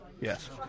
Yes